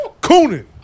cooning